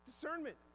Discernment